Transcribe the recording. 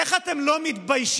איך אתם לא מתביישים